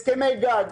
הסכמי גג,